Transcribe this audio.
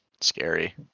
scary